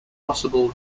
possible